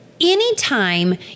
anytime